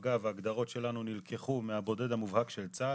אגב, ההגדרות שלנו נלקחו מהבודד המובהק של צה"ל.